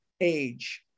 age